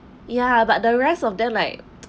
ya but the rest of them like